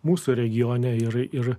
mūsų regione yra ir